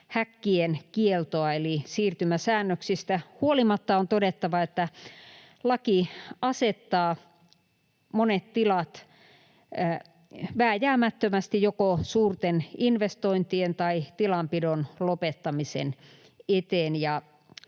porsitushäkkien kieltoa. Eli siirtymäsäännöksistä huolimatta on todettava, että laki asettaa monet tilat vääjäämättömästi joko suurten investointien tai tilanpidon lopettamisen eteen,